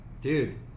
dude